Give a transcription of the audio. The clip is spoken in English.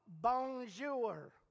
bonjour